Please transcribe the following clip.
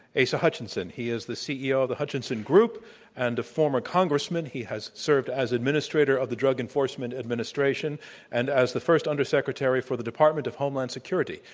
so hutchinson. he is the ceo of the hutchinson group and a former congressman. he has served as administrator of the drug enforcement administration and as the first undersecretary for the department of homeland security.